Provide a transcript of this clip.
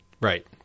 Right